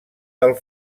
del